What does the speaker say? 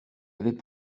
avait